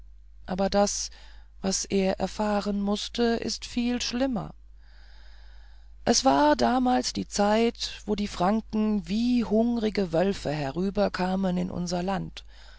aber das was er erfahren mußte ist viel schlimmer es war damals die zeit wo die franken wie hungrige wölfe herüberkamen in unser land